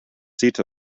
seat